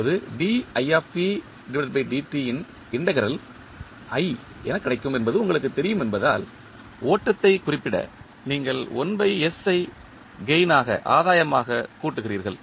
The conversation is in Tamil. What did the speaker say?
இப்போது யின் இண்டெக்ரல் என கிடைக்கும் என்பது உங்களுக்குத் தெரியும் என்பதால் ஓட்டத்தை குறிப்பிட நீங்கள் 1s ஐ ஆதாயமாக கூட்டுகிறீர்கள்